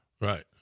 right